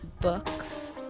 books